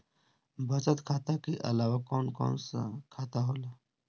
बचत खाता कि अलावा और कौन कौन सा खाता होला?